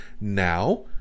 now